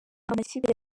amakipe